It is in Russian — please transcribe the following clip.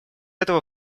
этого